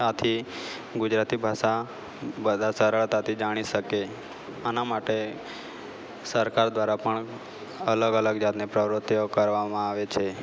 આથી ગુજરાતી ભાષા બધા સરળતાથી જાણી શકે આના માટે સરકાર દ્વારા પણ અલગ અલગ જાતની પ્રવૃતિઓ કરવામાં આવે છે